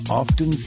often